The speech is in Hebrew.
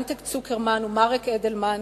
אנטק צוקרמן ומרק אדלמן,